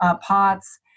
pots